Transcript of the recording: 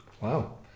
Wow